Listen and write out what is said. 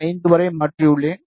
5 வரை மாற்றியுள்ளேன்